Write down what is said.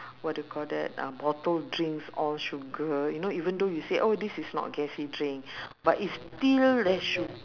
what do you call that uh bottle drinks all sugar you know even though you said oh this is not gassy drink but it's still less sug~